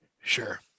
Sure